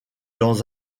dans